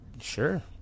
Sure